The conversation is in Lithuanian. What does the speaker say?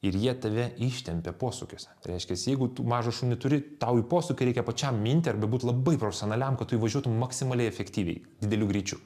ir jie tave ištempia posūkiuose tai reiškias jeigu tu mažą šunį turi tau į posūkį reikia pačiam minti arba būti labai profesionaliam kad tu įvažiuotum maksimaliai efektyviai dideliu greičiu